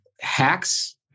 hacks